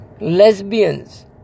lesbians